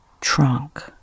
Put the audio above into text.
trunk